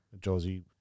Josie